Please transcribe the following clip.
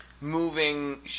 moving